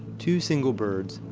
two single birds,